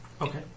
Okay